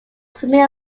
swimming